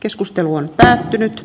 keskustelu on päättynyt